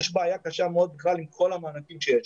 יש בעיה קשה מאוד בכלל עם כל המענקים שיש.